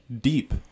deep